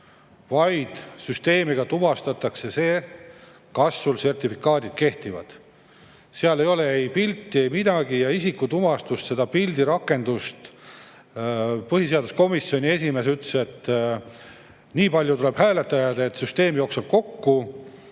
vaid süsteemis tuvastatakse see, kas sertifikaadid kehtivad. Seal ei ole ei pilti, ei midagi, ka mitte isikutuvastust ja pildirakendust. Põhiseaduskomisjoni esimees ütles, et tuleb nii palju hääletajaid, et süsteem jookseks kokku.